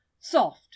Soft